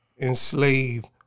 enslaved